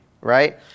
right